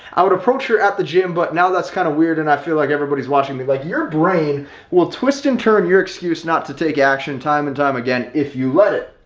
i would approach her at the gym. but now that's kind of weird. and i feel like everybody's watching me like your brain will twist and turn your excuse not to take action time and time again, if you let it.